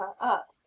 up